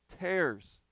tears